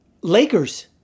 Lakers